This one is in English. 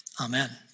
Amen